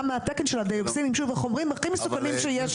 מהתקן של הואוקסינים שהם חומרים הכי מסוכנים שיש.